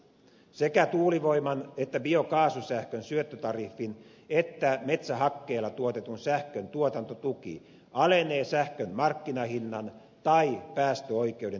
sekä tuulivoiman ja biokaasusähkön syöttötariffin että metsähakkeella tuotetun sähkön tuotantotuki alenee sähkön markkinahinnan tai päästöoikeuden hinnan kasvaessa